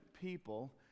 people